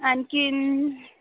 आणखी